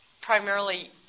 Primarily